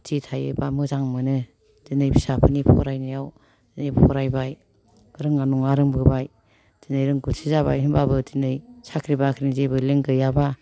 फुरथि थायोबा मोजां मोनो दिनै फिसाफोरनि फरायनायाव जे फरायबाय रोङा नङा रोंबोबाय दिनै रोंगौथि जाबाय होनबाबो दिनै साख्रि बाख्रिनि जेबो लिंक गैयाबा